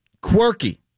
quirky